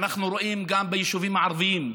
ואנחנו רואים גם ביישובים הערביים,